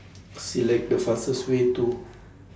Select The fastest Way to